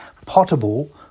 potable